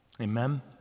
Amen